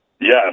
Yes